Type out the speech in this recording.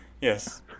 yes